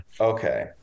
Okay